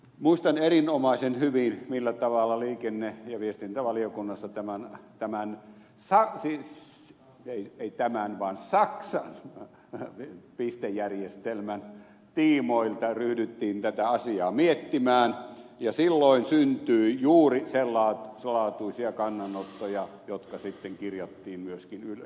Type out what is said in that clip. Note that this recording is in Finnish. muistan erinomaisen hyvin millä tavalla liikenne ja viestintävaliokunnassa tämän tämän sai ylös ja yrittämään vaan saksan pistejärjestelmän tiimoilta ryhdyttiin tätä asiaa miettimään ja silloin syntyi juuri sen laatuisia kannanottoja jotka sitten kirjattiin myöskin ylös